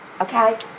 okay